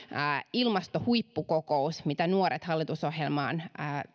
ilmastohuippukokous mitä nuoret hallitusohjelmaan